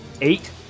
Eight